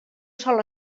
sol